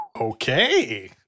Okay